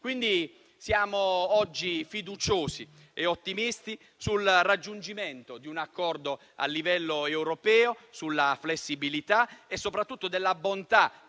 figli. Siamo oggi fiduciosi e ottimisti sul raggiungimento di un accordo a livello europeo, sulla flessibilità e soprattutto sulla bontà